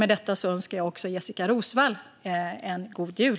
Med detta önskar jag Jessika Roswall en god jul.